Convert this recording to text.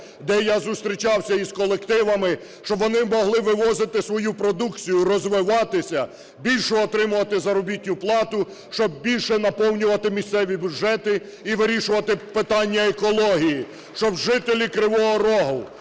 де я зустрічався із колективами, щоб вони могли вивозити свою продукцію, розвиватися, більшу отримувати заробітну плату, щоб більше наповнювати місцеві бюджети і вирішувати питання екології. Щоб жителі Кривого Рогу,